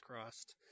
crossed